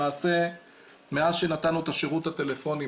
למעשה מאז שנתנו את השירות הטלפוני,